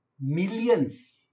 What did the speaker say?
Millions